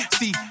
see